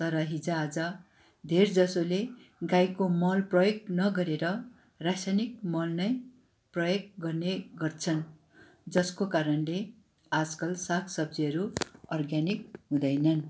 तर हिजोआज धेर जसोले गाईको मल प्रयोग नगरेर रसायनिक मल नै प्रयोग गर्ने गर्छन् जसको कारणले आजकल साग सब्जीहरू अर्ग्यानिक हुँदैनन्